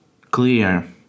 clear